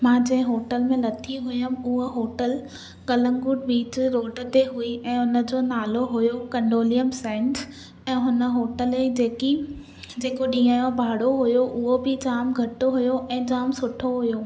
मां जंहिं होटल में लथी हुयमि हूह होटल कलंकोट बिच रोड ते हुई ऐं हुनजो नालो हुयो कंडोलियम सेंस ऐं हुन होटल जी जेकी जेको ॾींहुं जो भाणो हुयो उहो बि जाम घटि हुयो ऐं जाम सुठो हुयो